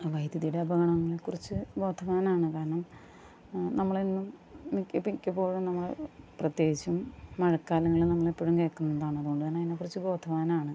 ആ വൈദ്യുതിയുടെ അപകടങ്ങളെക്കുറിച്ച് ബോധവാനാണ് കാരണം നമ്മളെന്നും മിക്ക മിക്കപ്പോഴും നമ്മള് പ്രത്യേകിച്ചും മഴക്കാലങ്ങളിൽ നമ്മളെപ്പോഴും കേൾക്കുന്നതാണ് അതുകൊണ്ടുതന്നെ അതിനെക്കുറിച്ചു ബോധവാനാണ്